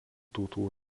tautų